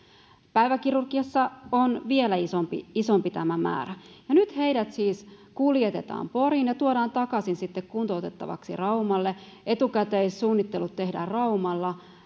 päiväkirurgiassa tämä määrä on vielä isompi isompi niin nyt heidät siis kuljetetaan poriin ja tuodaan sitten takaisin kuntoutettavaksi raumalle etukäteissuunnittelut tehdään raumalla